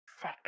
sick